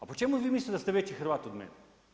A po čemu vi mislite da ste veći Hrvat od mene?